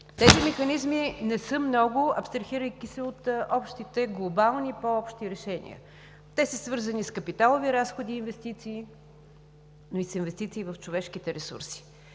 Тези механизми не са много, абстрахирайки се от общите глобални по-общи решения. Те са свързани с капиталови разходи и инвестиции, но и с инвестиции в човешките ресурси.